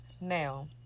Now